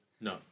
no